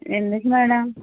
ఎందుకు మేడం